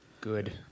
Good